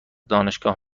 دانشگاه